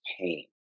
pain